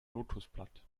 lotosblatt